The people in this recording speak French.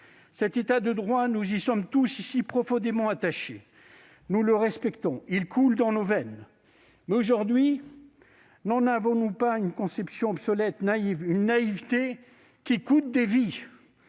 en France. Nous y sommes tous ici profondément attachés ; nous le respectons, il coule dans nos veines. Mais, aujourd'hui, n'en avons-nous pas une conception obsolète et naïve, qui coûte des vies ?